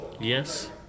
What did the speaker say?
yes